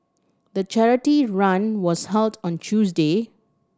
the charity run was held on Tuesday